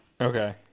Okay